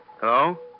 Hello